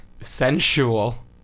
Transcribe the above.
sensual